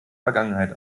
vergangenheit